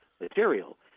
material